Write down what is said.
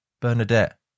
Bernadette